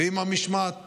ואם המשמעת